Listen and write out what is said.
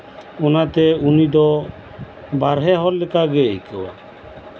ᱚᱱᱟᱛᱮ ᱩᱱᱤ ᱫᱚ ᱵᱟᱨᱦᱮ ᱦᱚᱲ ᱞᱮᱠᱟᱭ ᱟᱹᱭᱠᱟᱹᱣᱟ